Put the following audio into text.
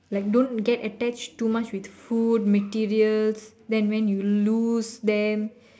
like don't get attached too much with food materials then when you lose then